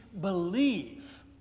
believe